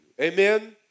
Amen